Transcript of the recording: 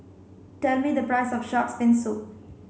tell me the price of shark's fin soup